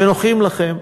שנוחים לכם.